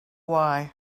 why